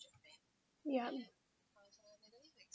yup